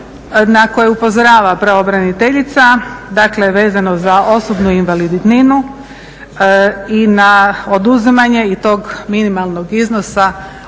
na koje upozorava pravobraniteljica, dakle vezano za osobnu invalidninu i na oduzimanje i tog minimalnog iznosa